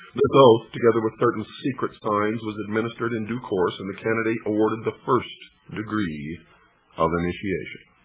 this oath, together with certain secret signs was administered in due course, and the candidate awarded the first degree of initiation.